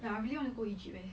ya I really want to go egypt eh